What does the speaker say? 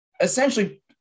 essentially